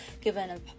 given